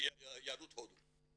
יהדות הודו.